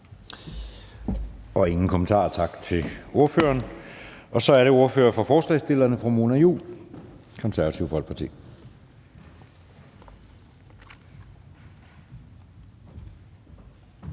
er ingen kommentarer, så tak til ordføreren. Så er det ordfører for forslagsstillerne fru Mona Juul, Det Konservative Folkeparti.